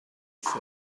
said